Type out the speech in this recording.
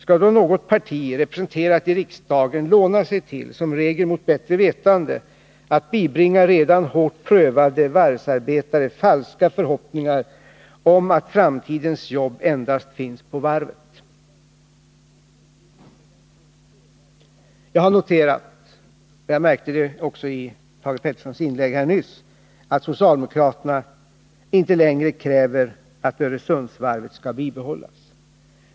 Skall då något parti representerat i riksdagen låna sig till, som regel mot bättre vetande, att bibringa redan hårt prövade varvsarbetare falska förhoppningar om att framtidens jobb endast finns på varvet? Jag har noterat — jag märkte det också i Thage Petersons inlägg nyss — att socialdemokraterna inte längre kräver att Öresundsvarvet skall bibehållas.